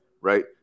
right